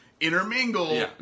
intermingle